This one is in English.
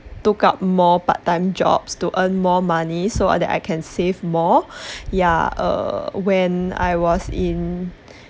took up more part-time job to earn more money so that I can save more ya err when I was in